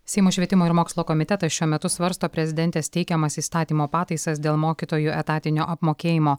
seimo švietimo ir mokslo komitetas šiuo metu svarsto prezidentės teikiamas įstatymo pataisas dėl mokytojų etatinio apmokėjimo